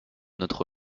notre